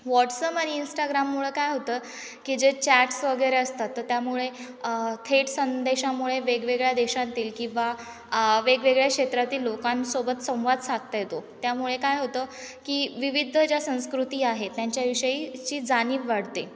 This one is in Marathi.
वॉट्सअप आणि इंस्टाग्राममुळं काय होतं की जे चॅट्स वगैरे असतात तर त्यामुळे थेट संदेशामुळे वेगवेगळ्या देशांतील किंवा वेगवेगळ्या क्षेत्रातील लोकांसोबत संवाद साधता येतो त्यामुळे काय होतं की विविध ज्या संस्कृती आहे त्यांच्याविषयीची जाणीव वाढते